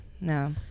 No